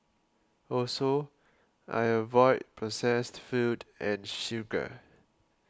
also I avoid processed food and sugar